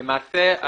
למעשה,